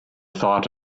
thought